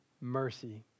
mercy